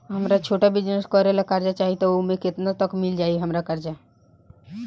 हमरा छोटा बिजनेस करे ला कर्जा चाहि त ओमे केतना तक मिल जायी हमरा कर्जा?